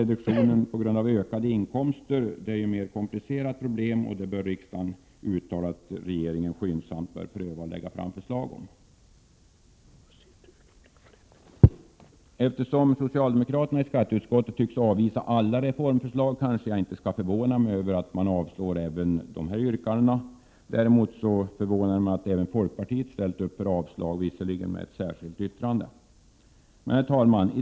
Reduktionen på grund av ökade inkomster är ett mer komplicerat problem. Riksdagen bör uttala att regeringen skyndsamt prövar denna fråga och lägger fram förslag till åtgärder. Eftersom socialdemokraterna i skatteutskottet tycks avvisa alla reformförslag kanske jag inte skall förvånas över att man avstyrker även de yrkanden jag här har tagit upp. Däremot förvånar det mig att även folkpartiet har ställt upp för avslag på motionsyrkandena, visserligen med ett särskilt yttrande. Herr talman!